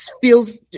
feels